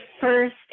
first –